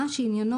אני רק אציין,